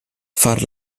far